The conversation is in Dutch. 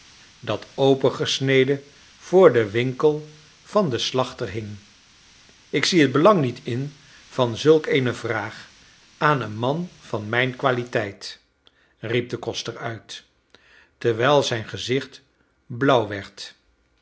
dat opengesneden voor den winkel van een slachter hing ik zie het belang niet in van zulk eene vraag aan een man van mijn qualiteit riep de koster uit terwijl zijn gezicht blauw